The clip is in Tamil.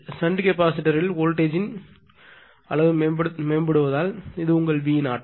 ஷன்ட் கெப்பாசிட்டர்யில் வோல்டேஜ் யை ன் ங்கள் மேம்படுவதால் இது உங்கள் V0